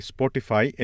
Spotify